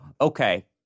Okay